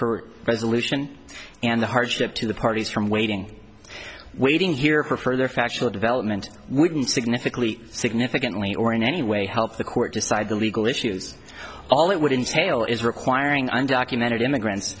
for resolution and the hardship to the parties from waiting waiting here for further factual development wouldn't significantly significantly or in any way help the court decide the legal issues all it would in jail is requiring undocumented immigrants